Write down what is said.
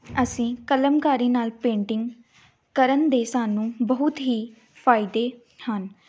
ਅਸੀਂ ਕਲਮਕਾਰੀ ਨਾਲ ਪੇਂਟਿੰਗ ਕਰਨ ਦੇ ਸਾਨੂੰ ਬਹੁਤ ਹੀ ਫਾਇਦੇ ਹਨ